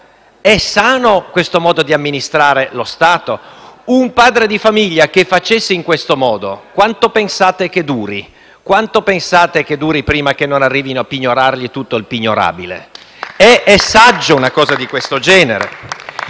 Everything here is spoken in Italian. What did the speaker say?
È sano questo modo di amministrare lo Stato? Un padre di famiglia che facesse in questo modo, quanto pensate che duri? Quanto pensate che duri prima che non arrivino a pignorargli tutto il pignorabile? *(Applausi dal Gruppo